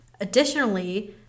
Additionally